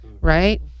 right